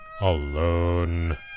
alone